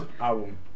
album